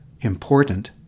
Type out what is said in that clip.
important